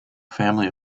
family